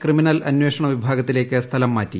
criminal അന്വേഷണ വിഭാഗത്തിലേക്ക് സ്ഥലംമാറ്റി